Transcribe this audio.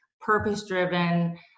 purpose-driven